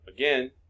Again